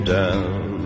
down